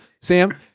sam